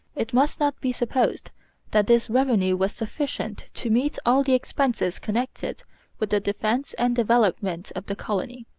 it must not be supposed that this revenue was sufficient to meet all the expenses connected with the defence and development of the colony.